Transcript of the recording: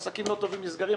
ואילו עסקים לא טובים נסגרים,